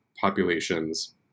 populations